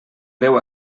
greu